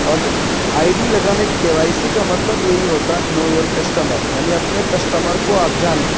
اور I D لگانے کے وائی سی کا مطلب یہی ہوتا ہے نو یور کسٹمر یعنی اپنے کسٹمر کو آپ جانیں